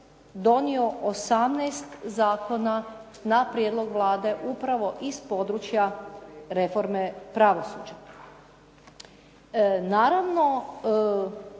donio 18 zakona na prijedlog Vlade upravo iz područja reforme pravosuđa. Naravno,